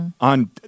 on